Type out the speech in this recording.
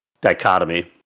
dichotomy